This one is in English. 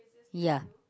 ya